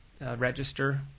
register